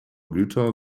güter